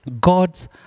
God's